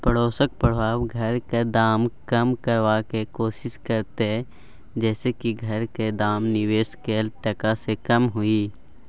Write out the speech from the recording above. पडोसक प्रभाव घरक दाम कम करबाक कोशिश करते जइसे की घरक दाम निवेश कैल टका से कम हुए